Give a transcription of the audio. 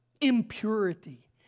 impurity